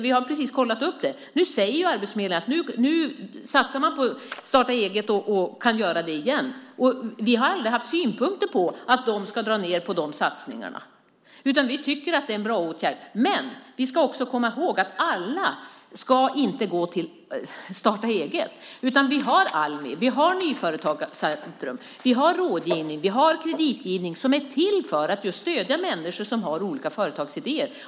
Vi har precis kollat upp detta, och nu säger arbetsförmedlingarna att nu satsar man på Starta eget och kan göra det igen. Vi har aldrig haft synpunkter på att de ska dra ned på de satsningarna. Vi tycker att det är en bra åtgärd. Men vi ska också komma ihåg att alla inte ska gå till Starta eget. Vi har Almi, Nyföretagarcentrum, rådgivning och kreditgivning som är till för att stödja människor som har olika företagsidéer.